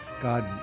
God